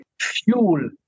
fuel